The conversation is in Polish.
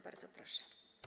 Bardzo proszę.